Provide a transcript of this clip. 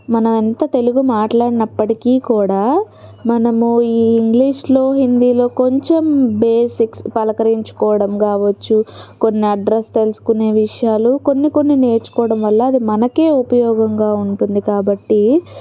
మనం ఎంత తెలుగు మాట్లాడినప్పడికీ కూడా మనము ఈ ఇంగ్లీషులో హిందీలో కొంచెం బేసిక్స్ పలకరించుకోవడంగావచ్చు కొన్ని అడ్రస్ తెలుసుకునే విషయాలు కొన్నికొన్ని నేర్చుకోవడం వల్ల అది మనకే ఉపయోగంగా ఉంటుంది కాబట్టి